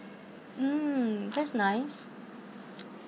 mm that's nice